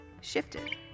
shifted